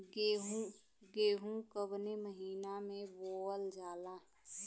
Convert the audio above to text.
गेहूँ कवने महीना में बोवल जाला?